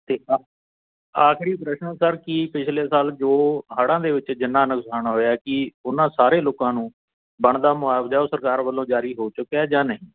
ਅਤੇ ਅ ਆਖਰੀ ਪ੍ਰਸ਼ਨ ਸਰ ਕੀ ਪਿਛਲੇ ਸਾਲ ਜੋ ਹੜ੍ਹਾਂ ਦੇ ਵਿੱਚ ਜਿੰਨਾ ਨੁਕਸਾਨ ਹੋਇਆ ਕੀ ਉਹਨਾਂ ਸਾਰੇ ਲੋਕਾਂ ਨੂੰ ਬਣਦਾ ਮੁਆਵਜ਼ਾ ਉਹ ਸਰਕਾਰ ਵੱਲੋਂ ਜਾਰੀ ਹੋ ਚੁੱਕਿਆ ਜਾਂ ਨਹੀਂ